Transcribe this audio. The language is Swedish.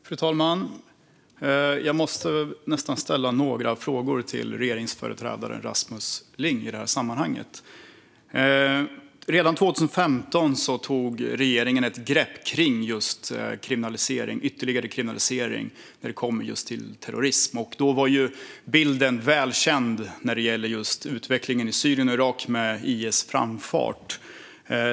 Fru talman! Jag måste ställa några frågor till regeringsföreträdaren Rasmus Ling i sammanhanget. Redan 2015 tog regeringen ett grepp kring ytterligare kriminalisering när det kommer till terrorism. Då var bilden välkänd när det gäller utvecklingen i Syrien och Irak med IS framfart.